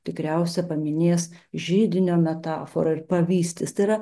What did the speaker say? tikriausia paminės židinio metaforą ir pavystys tai yra